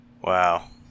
Wow